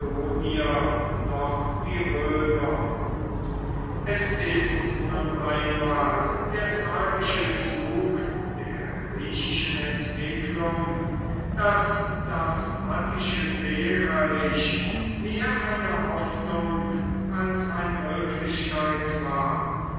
noch die römer es ist nun einmal der tragische zug der griechischen entwicklung daß das attische seereich mehr eine hoffnung als eine wirklichkeit war